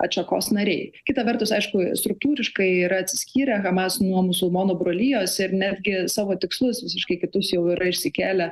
atšakos nariai kita vertus aišku struktūriškai yra atsiskyrę hamas nuo musulmonų brolijos ir netgi savo tikslus visiškai kitus jau yra išsikėlę